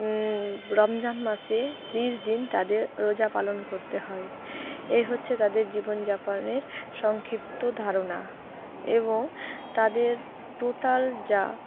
রমজান মাসে ত্রিশ দিন তাদের রোজা পালন করতে হয় এ হচ্ছে তাদের জীবনযাপনের সংক্ষিপ্ত ধারণা এবং তাদের টোটাল যা